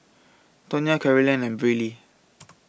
Tonya Carolyn and Brylee